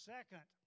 Second